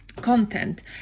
content